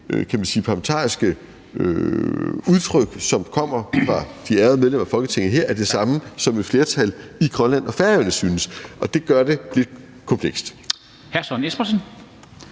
at det parlamentariske udtryk, som kommer fra de ærede medlemmer af Folketinget her, er det samme, som et flertal i Grønland og Færøerne synes, og det gør det lidt komplekst.